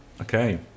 okay